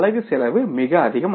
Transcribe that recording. அலகு செலவு மிக அதிகம்